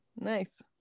nice